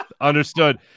understood